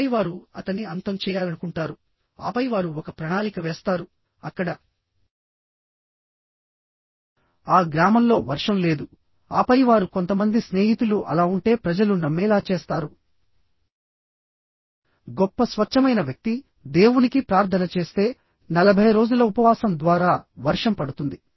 ఆపై వారు అతన్ని అంతం చేయాలనుకుంటారు ఆపై వారు ఒక ప్రణాళిక వేస్తారు అక్కడ ఆ గ్రామంలో వర్షం లేదు ఆపై వారు కొంతమంది స్నేహితులు అలా ఉంటే ప్రజలు నమ్మేలా చేస్తారు గొప్ప స్వచ్ఛమైన వ్యక్తి దేవునికి ప్రార్ధన చేస్తే 40 రోజుల ఉపవాసం ద్వారా వర్షం పడుతుంది